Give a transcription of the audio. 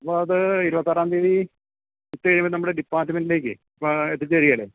അപ്പം അത് ഇരുപത്തി ആറാം തീയതി ഉച്ച കഴിയുമ്പം നമ്മുടെ ഡിപാർട്ട്മെൻറിലേക്ക് അപ്പം എത്തിച്ച് തരികേലെ